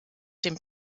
dem